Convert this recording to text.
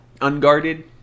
unguarded